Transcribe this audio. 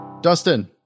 Dustin